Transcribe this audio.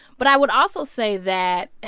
but i would also say that